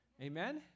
Amen